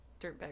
dirtbag